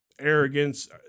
arrogance